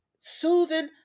soothing